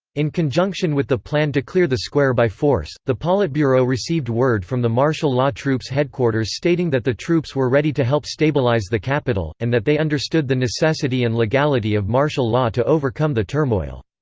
in conjunction with the plan to clear the square by force, the politburo received word from the martial law troops headquarters stating that the troops were ready to help stabilize the capital, and that they understood the necessity and legality of martial law to overcome the turmoil.